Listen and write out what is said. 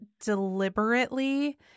deliberately